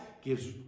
gives